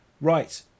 Right